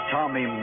Tommy